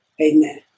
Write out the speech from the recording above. Amen